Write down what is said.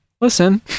listen